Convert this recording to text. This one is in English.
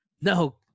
No